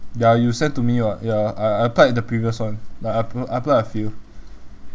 ya you sent to me [what] ya I I applied the previous one like I ap~ I applied a few